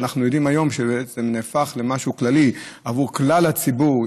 אנחנו יודעים שכיום זה נהפך למשהו כללי עבור כלל הציבור.